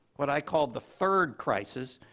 what i call the third crisis,